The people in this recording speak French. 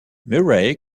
murray